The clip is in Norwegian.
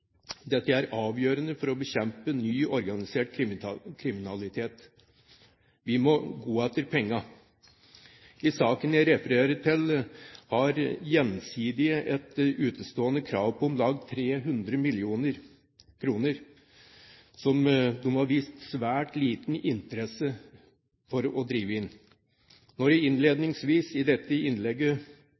Dette er avgjørende for å bekjempe ny organisert kriminalitet. Vi må gå etter pengene. I saken jeg refererer til, har Gjensidige et utestående krav på om lag 300 mill. kr, som de har vist svært liten interesse for å drive inn. Når jeg innledningsvis i dette innlegget